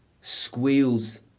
squeals